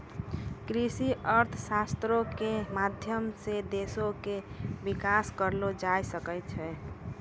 कृषि अर्थशास्त्रो के माध्यम से देशो के विकास करलो जाय सकै छै